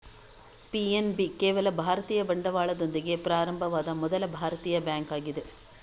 PNB ಕೇವಲ ಭಾರತೀಯ ಬಂಡವಾಳದೊಂದಿಗೆ ಪ್ರಾರಂಭವಾದ ಮೊದಲ ಭಾರತೀಯ ಬ್ಯಾಂಕ್ ಆಗಿದೆ